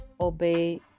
obey